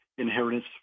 inheritance